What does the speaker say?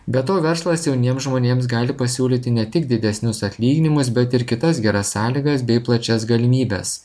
be to verslas jauniems žmonėms gali pasiūlyti ne tik didesnius atlyginimus bet ir kitas geras sąlygas bei plačias galimybes